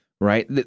right